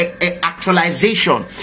actualization